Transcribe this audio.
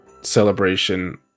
celebration